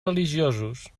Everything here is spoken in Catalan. religiosos